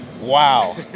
Wow